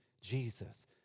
Jesus